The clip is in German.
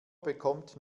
bekommt